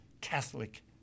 Catholic